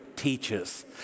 teaches